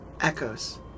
Echoes